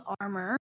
armor